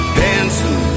dancing